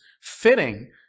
fitting